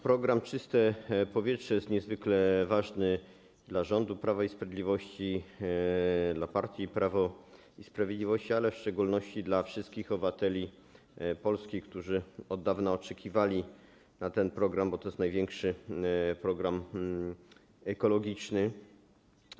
Program „Czyste powietrze” jest niezwykle ważny dla rządu Prawa i Sprawiedliwości, dla partii Prawo i Sprawiedliwość, ale w szczególności - dla wszystkich obywateli Polski, którzy od dawna na niego oczekiwali, bo to jest największy program ekologiczny.